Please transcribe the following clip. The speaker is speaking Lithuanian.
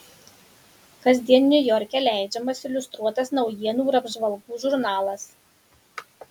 kasdien niujorke leidžiamas iliustruotas naujienų ir apžvalgų žurnalas